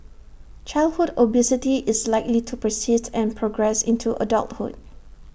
childhood obesity is likely to persist and progress into adulthood